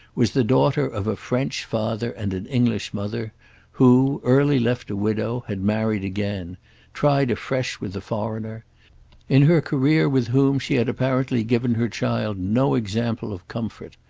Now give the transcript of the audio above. was the daughter of a french father and an english mother who, early left a widow, had married again tried afresh with a foreigner in her career with whom she had apparently given her child no example of comfort.